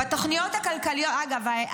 אגב,